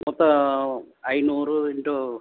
மொத்தம் ஐந்நூறு in two